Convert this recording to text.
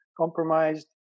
compromised